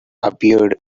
appeared